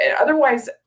Otherwise